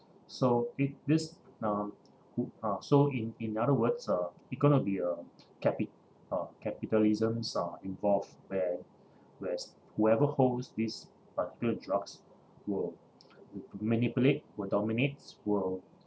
so it this uh who uh so in in other words uh it going to be a capi~ uh capitalisms uh involved where whereas whoever holds these particular drugs will manipulate will dominates will